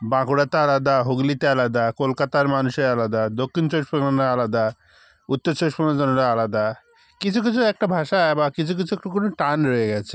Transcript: বাঁকুড়াতে আলাদা হুগলিতে আলাদা কলকাতার মানুষের আলাদা দক্ষিণ চব্বিশ পরগনায় আলাদা উত্তর চব্বিশ পরগনার জন্য আলাদা কিছু কিছু একটা ভাষা বা কিছু কিছু একটু কোনো টান রয়ে গিয়েছে